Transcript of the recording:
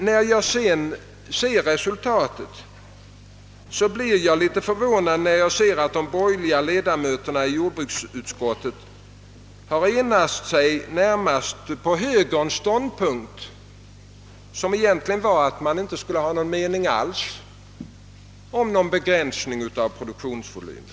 När jag såg resultatet av utskottsbehandlingen, blev jag litet förvånad över att de borgerliga ledamöterna i jordbruksutskottet har enat sig närmast om högerns ståndpunkt, som var att man strängt taget inte skulle ha någon mening alls om en begränsning av produktionsvolymen.